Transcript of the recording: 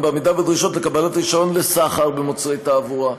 גם בעמידה בדרישות לקבלת רישיון לסחר במוצרי תעבורה.